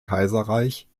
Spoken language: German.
kaiserreich